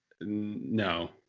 no